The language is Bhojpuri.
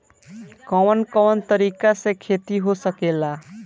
कवन कवन तरीका से खेती हो सकेला